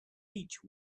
beech